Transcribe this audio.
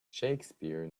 shakespeare